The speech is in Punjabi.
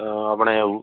ਆਪਣੇ